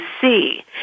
see